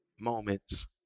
moments